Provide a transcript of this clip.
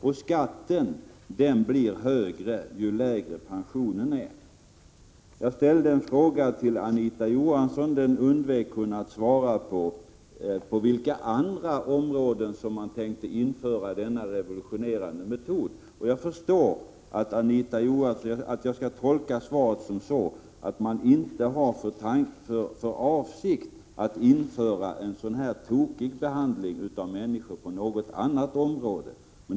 Och skatten blir högre ju lägre pensionen är. Jag ställde en fråga till Anita Johansson. Den undvek hon att svara på. Frågan gällde på vilka andra områden som man tänkte införa denna revolutionerande metod. Jag förstår att jag skall tolka svaret så att man inte har för avsikt att införa en så tokig behandling av människor på något annat område.